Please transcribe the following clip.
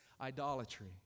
idolatry